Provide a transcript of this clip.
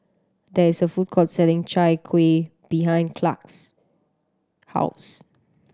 there is a food court selling Chai Kueh behind Clark's house